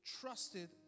trusted